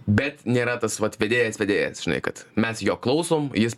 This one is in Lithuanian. bet nėra tas vat vedėjas vedėjas žinai kad mes jo klausom jis